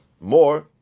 More